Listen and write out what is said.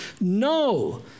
No